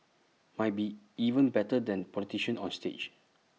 might be even better than politicians on stage